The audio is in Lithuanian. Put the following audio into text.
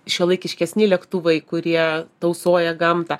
šiuolaikiškesni lėktuvai kurie tausoja gamtą